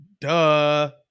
Duh